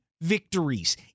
victories